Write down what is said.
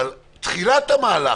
אבל תחילת המהלך,